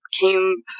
came